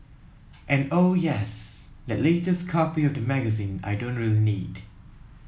and oh yes that latest copy of the magazine I don't really need